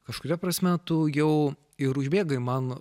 kažkuria prasme tu jau ir užbėgai man